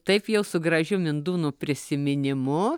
taip jau su gražiu mindūnų prisiminimu